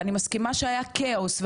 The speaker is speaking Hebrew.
ואני מסכימה שהיה כאוס,